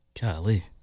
Golly